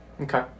Okay